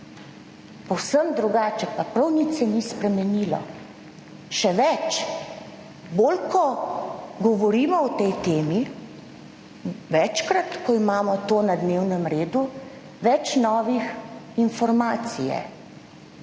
povsem drugače, pa prav nič se ni spremenilo. Še več, bolj ko govorimo o tej temi, večkrat ko imamo to na dnevnem redu, več novih informacij